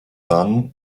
dann